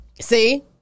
see